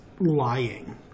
lying